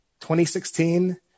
2016